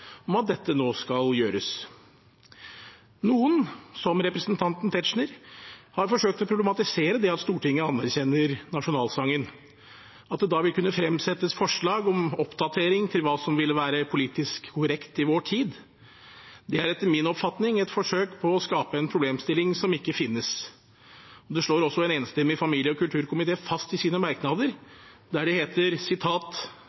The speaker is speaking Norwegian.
om at dette nå skal gjøres. Noen, som representanten Tetzschner, har forsøkt å problematisere det at Stortinget anerkjenner nasjonalsangen ved at det da vil kunne fremsettes forslag om oppdatering til hva som ville være politisk korrekt i vår tid. Det er etter min oppfatning et forsøk på å skape en problemstilling som ikke finnes. Det slår også en enstemmig familie- og kulturkomité fast i sine merknader,